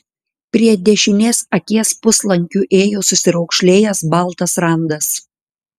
prie dešinės akies puslankiu ėjo susiraukšlėjęs baltas randas